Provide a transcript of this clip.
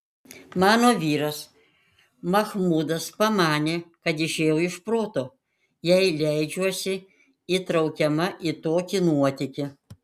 mano vyras machmudas pamanė kad išėjau iš proto jei leidžiuosi įtraukiama į tokį nuotykį